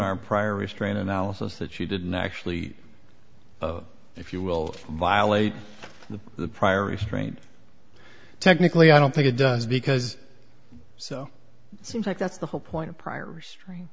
our prior restraint analysis that she didn't actually if you will violate the prior restraint technically i don't think it does because so seems like that's the whole point prior restrain